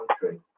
country